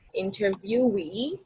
interviewee